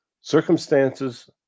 Circumstances